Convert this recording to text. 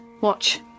Watch